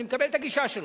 אני מקבל את הגישה שלך.